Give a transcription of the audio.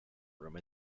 room